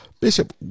Bishop